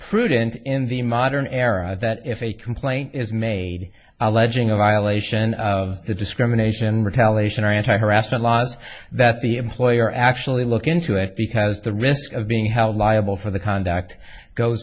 prudent in the modern era that if a complaint is made alleging a violation of the discrimination retaliation or anti harassment laws that the employer actually look into it because the risk of being held liable for the conduct goes